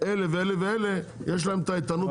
אלה ואלה, יש להם את האיתנות הפיננסית.